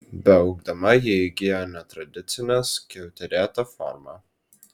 beaugdama ji įgijo netradicinę skiauterėtą formą